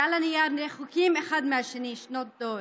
שעל הנייר רחוקים אחד מהשני שנות דור.